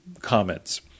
comments